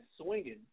swinging